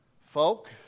Folk